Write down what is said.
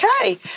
Okay